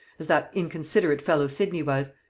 as that inconsiderate fellow sidney was.